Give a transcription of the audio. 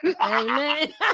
Amen